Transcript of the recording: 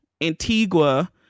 Antigua